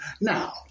Now